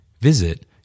Visit